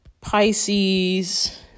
Pisces